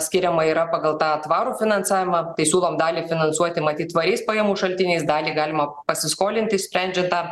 skiriama yra pagal tą tvarų finansavimą tai siūlom dalį finansuoti matyt tvariais pajamų šaltiniais dalį galima pasiskolinti sprendžiant tą